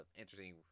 interesting